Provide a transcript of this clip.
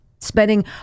spending